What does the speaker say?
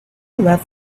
left